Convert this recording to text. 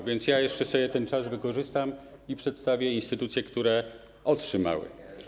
A więc ja jeszcze sobie ten czas wykorzystam i przedstawię instytucje, które otrzymały.